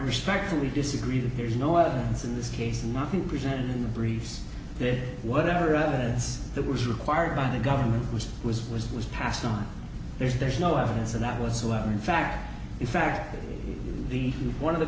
respectfully disagree that there's no evidence in this case not the present in the briefs that whatever evidence that was required by the government which was was was passed on there's no evidence of that whatsoever in fact in fact the one of the